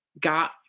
got